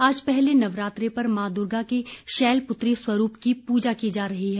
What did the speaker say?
आज पहले नवरात्र पर मां दुर्गा के शैल पुत्री स्वरूप की पूजा की जा रही है